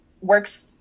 works